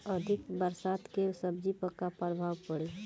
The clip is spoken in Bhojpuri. अधिक बरसात के सब्जी पर का प्रभाव पड़ी?